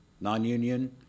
non-union